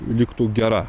liktų gera